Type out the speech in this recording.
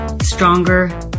stronger